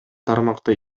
тармакта